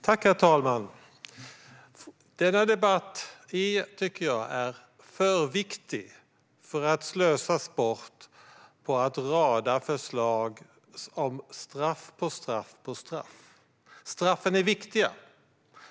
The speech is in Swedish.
Herr talman! Jag tycker att denna debatt är för viktig för att slösas bort på att rada upp förslag om straff på straff. Straffen är viktiga.